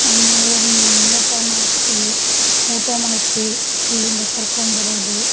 ಅಣ್ಣ ಏನು ಊಟ ಮಾಡ್ತಿ ಊಟ ಮಾಡಿಸಿ ಅಲ್ಲಿಂದ ಕರ್ಕೊಂಬರೋದು